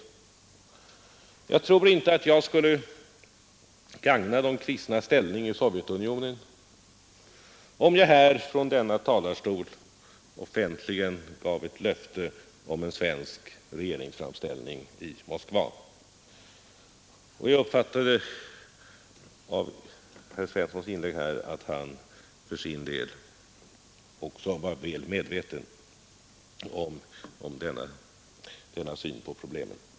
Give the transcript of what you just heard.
Jag tror inte att det skulle gagna de kristnas ställning i Sovjetunionen om jag från denna talarstol offentligen gav ett löfte om en svensk regeringsframställning i Moskva. Jag uppfattade av herr Svenssons inlägg att han för sin del också var väl medveten om denna aspekt av problemen.